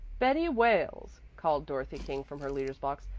betty wales, called dorothy king from her leader's box,